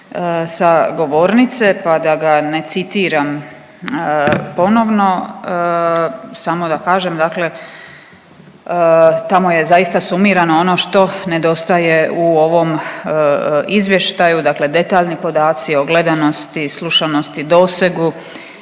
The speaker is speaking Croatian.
sa govornice pa da ga ne citiram ponovno, samo da kažem dakle tamo je zaista sumirano ono što nedostaje u ovom izvještaju. Dakle detaljni podaci o gledanosti, slušanosti, dosegu